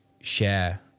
share